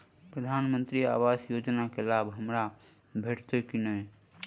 प्रधानमंत्री आवास योजना केँ लाभ हमरा भेटतय की नहि?